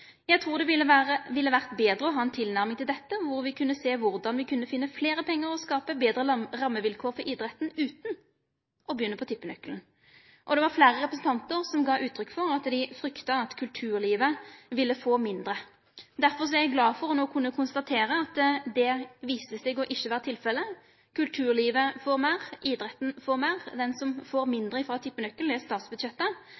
tror det ville vært bedre å ha en tilnærming til dette hvor vi kunne se hvordan vi kunne finne flere penger og skape bedre rammevilkår for idretten, uten å begynne på tippenøkkelen.» Det var fleire representantar som gav uttrykk for at dei frykta at kulturlivet ville få mindre. Derfor er eg glad for no å kunne konstatere at det viste seg ikkje å vere tilfellet. Kulturlivet får meir. Idretten får meir. Det som får